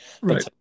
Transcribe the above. Right